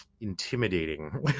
intimidating